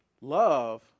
love